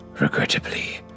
regrettably